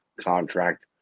contract